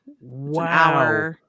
Wow